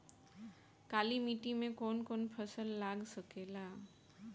काली मिट्टी मे कौन कौन फसल लाग सकेला?